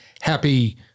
happy